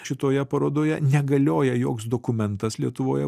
šitoje parodoje negalioja joks dokumentas lietuvoje